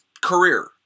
career